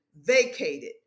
vacated